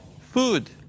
food